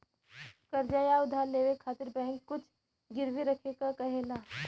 कर्ज़ या उधार लेवे खातिर बैंक कुछ गिरवी रखे क कहेला